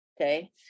Okay